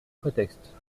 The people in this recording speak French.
prétexte